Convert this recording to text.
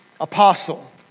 apostle